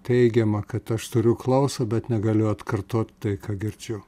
teigiama kad aš turiu klausą bet negaliu atkartot tai ką girdžiu